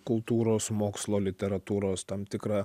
kultūros mokslo literatūros tam tikrą